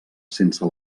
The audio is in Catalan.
sense